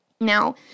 Now